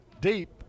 deep